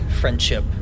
friendship